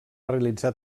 realitzar